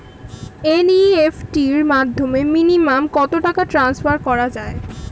NEFT র মাধ্যমে minimum কত টাকা টান্সফার করা যায়?